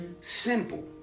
Simple